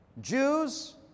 Jews